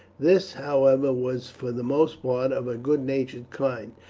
this, however, was for the most part of a good natured kind,